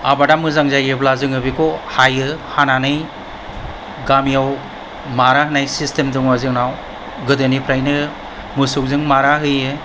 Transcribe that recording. आबादा मोजां जायोब्ला जोङो बेखौ हायो हानानै गामियाव मारा होनाय सिस्टेम दङ जोंनाव गोदोनिफ्रायनो मोसौजों मारा होयो